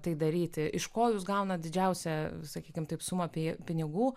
tai daryti iš ko jūs gauna didžiausią sakykime taip suma apie pinigų